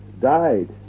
died